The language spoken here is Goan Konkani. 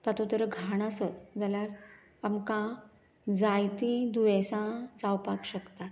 तातूंत जर घाण आसत जाल्यार आमकां जायती दुयेंसा जावपाक शकतात